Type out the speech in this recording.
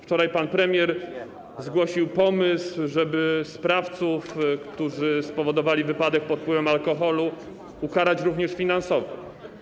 Wczoraj pan premier zgłosił pomysł, żeby sprawców, którzy spowodowali wypadek pod wpływem alkoholu, ukarać również finansowo.